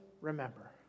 remember